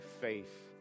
faith